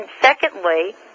secondly